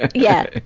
yeah.